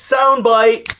Soundbite